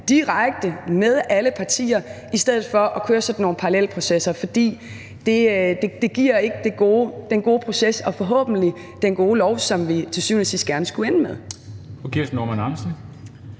direkte med alle partier i stedet for at køre sådan nogle parallelprocesser, for det giver jo ikke den gode proces og forhåbentlig den gode lov, som vi til syvende og sidst gerne skulle ende med.